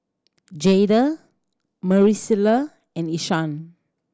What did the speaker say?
Jaeda Maricela and Ishaan